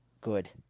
good